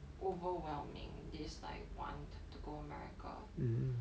overwhelming this like want to go america